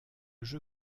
jeu